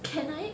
can I